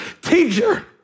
teacher